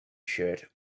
shirt